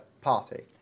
party